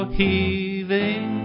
heaving